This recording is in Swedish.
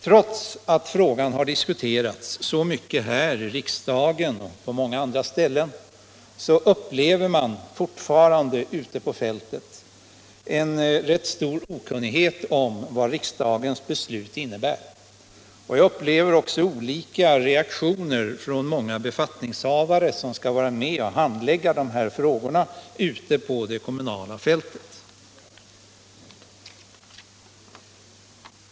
Trots att frågan har diskuterats så mycket här i riksdagen och på många andra ställen upplever man fortfarande ute på fältet en rätt stor okunnighet om vad riksdagens beslut innebär. Jag upplever också olika reaktioner från många befattningshavare som skall vara med och handlägga dessa frågor ute på det kommunala fältet.